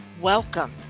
Welcome